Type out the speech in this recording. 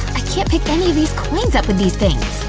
i can't pick any of these coins up with these things!